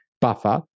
buffer